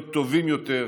להיות טובים יותר,